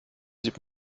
sieht